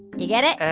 you get it?